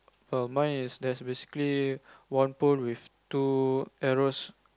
err mine is there's basically one pole with two arrows